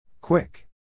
Quick